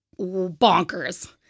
Bonkers